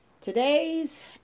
Today's